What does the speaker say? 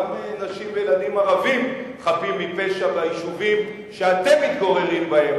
גם נשים וילדים ערבים חפים מפשע ביישובים שאתם מתגוררים בהם,